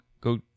go